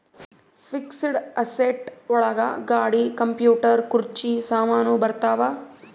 fixed asset ಒಳಗ ಗಾಡಿ computer ಕುರ್ಚಿ ಸಾಮಾನು ಬರತಾವ